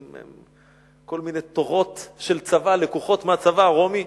כל מיני תורות של צבא לקוחות מהצבא הרומי,